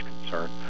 concern